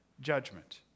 judgment